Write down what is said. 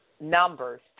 numbers